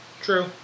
True